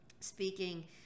Speaking